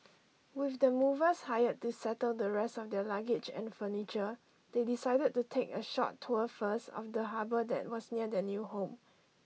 with the movers hired to settle the rest of their luggage and furniture they decided to take a short tour first of the harbour that was near their new home